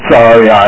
Sorry